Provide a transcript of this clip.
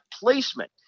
placement